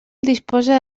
disposa